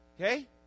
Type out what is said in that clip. Okay